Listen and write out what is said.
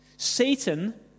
Satan